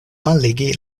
malligi